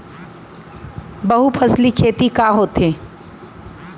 बहुफसली खेती का होथे?